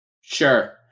Sure